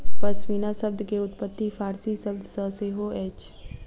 पश्मीना शब्द के उत्पत्ति फ़ारसी भाषा सॅ सेहो अछि